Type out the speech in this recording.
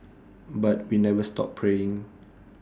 but we never stop praying